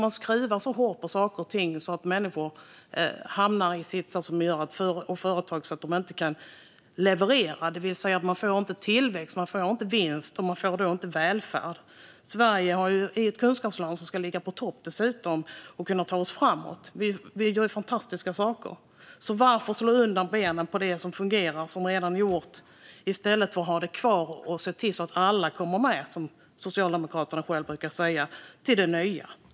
Man skruvar så hårt på saker och ting att människor och företag hamnar i en sits som gör att de inte kan leverera något. De får ingen tillväxt och ingen vinst, och därmed blir det ingen välfärd. Sverige är dessutom ett kunskapsland som ska ligga på topp och kunna ta oss framåt. Vi gör fantastiska saker. Varför slår man då undan benen på det som fungerar och som redan är gjort i stället för att ha det kvar och se till att alla kommer med till det nya, vilket Socialdemokraterna själva brukar säga?